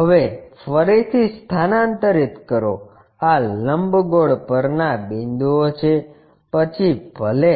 હવે ફરીથી સ્થાનાંતરિત કરો આ લંબગોળ પરના બિંદુઓ છે પછી ભલે